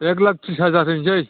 एक लाख थ्रिस हाजार हैनोसै